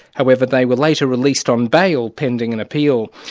however they were later released on bail, pending an appeal.